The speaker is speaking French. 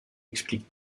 explique